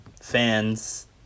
fans